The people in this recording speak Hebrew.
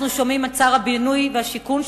אנחנו שומעים את שר הבינוי והשיכון,